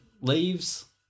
leaves